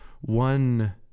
one